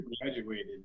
graduated